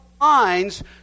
lines